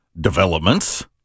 developments